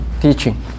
teaching